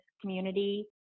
community